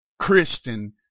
Christian